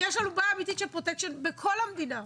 כי יש לנו בעיה אמיתית של פרוטקשן בכל המדינה,